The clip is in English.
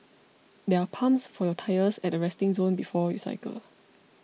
there are pumps for your tyres at the resting zone before you cycle